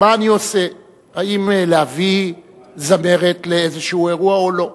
מה אני עושה, האם להביא זמרת לאיזה אירוע או לא?